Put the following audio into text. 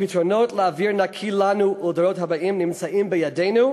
הפתרונות לאוויר נקי לנו ולדורות הבאים נמצאים בידינו,